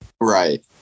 right